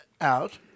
out